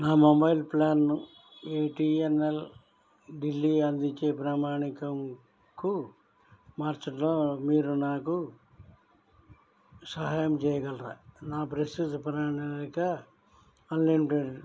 నా మొబైల్ ప్లాన్ను ఎంటీఎన్ఎల్ ఢిల్లీ అందించే ప్రామాణికంకు మార్చడంలో మీరు నాకు సహాయం చేయగలరా నా ప్రస్తుత ప్రణాళిక అన్లిమిటెడ్